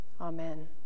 Amen